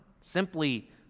simply